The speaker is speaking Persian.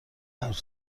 حرف